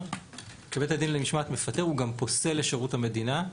וכשבית הדין למשמעת מפטר הוא גם פוסל לשירות המדינה.